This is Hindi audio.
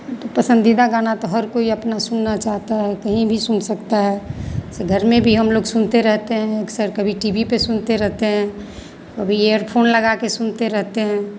तो पसंदीदा गाना तो हर कोई अपना सुनना चाहता है कहीं भी सुन सकता है जैसे घर में भी हम लोग सुनते रहते हैं अक्सर कभी टी वी पे सुनते रहेते हैं कभी इयरफ़ोन लगा के सुनते रहते हैं